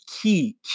key